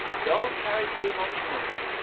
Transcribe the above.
don't carry too much money!